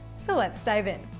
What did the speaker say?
so let's dive in.